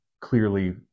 clearly